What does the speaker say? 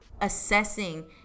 assessing